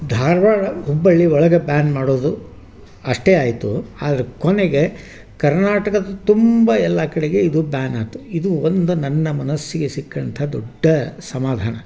ಧಾರವಾಡ ಹುಬ್ಬಳ್ಳಿ ಒಳಗೆ ಬ್ಯಾನ್ ಮಾಡೋದು ಅಷ್ಟೇ ಆಯಿತು ಆದ್ರೆ ಕೊನೆಗೆ ಕರ್ನಾಟಕದ ತುಂಬ ಎಲ್ಲ ಕಡೆಗೆ ಇದು ಬ್ಯಾನ್ ಆಯ್ತು ಇದು ಒಂದು ನನ್ನ ಮನಸ್ಸಿಗೆ ಸಿಕ್ಕಂಥ ದೊಡ್ಡ ಸಮಾಧಾನ